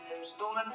Stolen